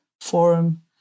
forum